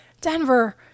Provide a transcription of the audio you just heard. Denver